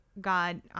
God